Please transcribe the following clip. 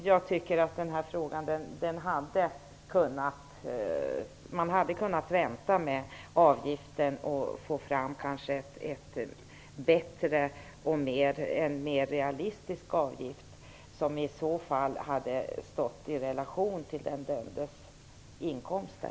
Jag tycker att man hade kunnat vänta med frågan om avgiften och fått fram en mer realistisk avgift, som i så fall hade stått i relation till den dömdes inkomster.